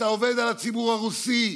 אתה עובד על הציבור הרוסי,